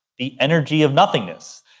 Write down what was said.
the energy of nothingness,